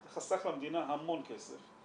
זה חסך למדינה המון כסף.